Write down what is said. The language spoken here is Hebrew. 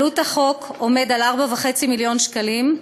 עלות החוק עומדת על 4.5 מיליון שקלים,